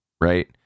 right